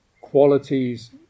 qualities